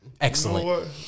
Excellent